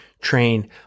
train